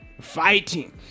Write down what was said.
fighting